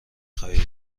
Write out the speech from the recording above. خواهید